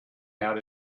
out